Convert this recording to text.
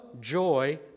joy